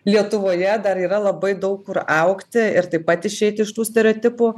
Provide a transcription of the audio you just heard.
lietuvoje dar yra labai daug kur augti ir taip pat išeiti iš tų stereotipų